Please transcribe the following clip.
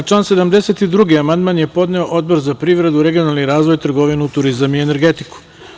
Na član 72. amandman je podneo Odbor privredu, regionalni razvoj, trgovinu, turizam i energetiku.